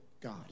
God